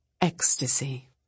Ecstasy